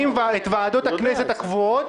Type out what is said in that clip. ונדון בכל הדברים כפי שראוי שיהיה,